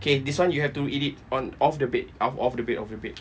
K this one you have to eat it on off the bed out off the bed off the bed